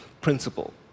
principle